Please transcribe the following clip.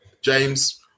James